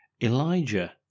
Elijah